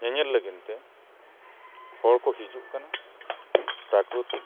ᱧᱮᱧᱮᱞ ᱞᱟᱹᱜᱤᱫ ᱛᱮ ᱦᱚᱲ ᱠᱚ ᱦᱤᱡᱩᱜ ᱠᱟᱱᱟ ᱯᱨᱟᱠᱨᱤᱛᱤᱠ